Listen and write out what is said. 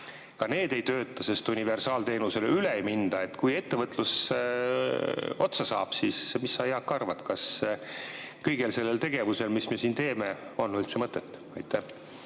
ei tööta, sest universaalteenusele üle ei minda. Kui ettevõtlus otsa saab, siis mis sa, Jaak, arvad, kas kogu sellel tegevusel, mis me siin teeme, on üldse mõtet? Tänan